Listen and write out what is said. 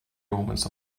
omens